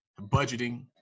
budgeting